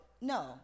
No